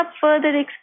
further